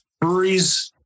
breweries